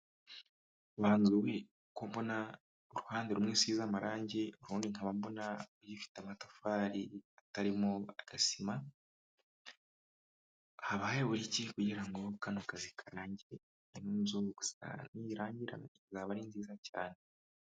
Wa nzu we kombona uruhande rumwe usize amarangi urundi nkaba mbona ugifite amatafari atarimo agasima, habaheburaki kugira ngo kano kazi karangire ino nzu gusakara nibirangirana izaba ari nziza cyane.